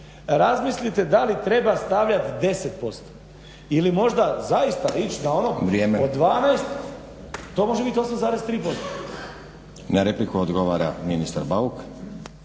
razmislite da li treba stavljati 10% ili možda zaista ići na ono od 12. To može bit 8,3%. **Stazić, Nenad (SDP)** Na repliku odgovara ministar Bauk.